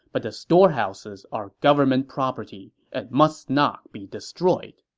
but the storehouses are government property and must not be destroyed.